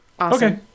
Okay